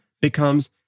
becomes